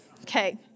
Okay